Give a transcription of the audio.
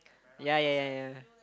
ya ya ya ya